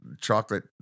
chocolate